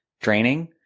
draining